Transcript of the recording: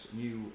new